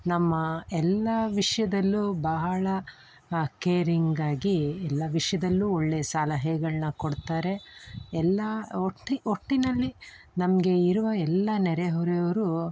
ನಮ್ಮ ಎಲ್ಲ ವಿಷಯದಲ್ಲೂ ಬಹಳ ಕೇರಿಂಗ್ ಆಗಿ ಎಲ್ಲ ವಿಷಯದಲ್ಲೂ ಒಳ್ಳೆಯ ಸಲಹೆಗಳನ್ನ ಕೊಡ್ತಾರೆ ಎಲ್ಲ ಒಟ್ಟು ಒಟ್ಟಿನಲ್ಲಿ ನಮಗೆ ಇರುವ ಎಲ್ಲ ನೆರೆಹೊರೆಯವರು